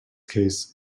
case